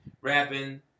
rapping